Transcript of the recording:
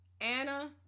Anna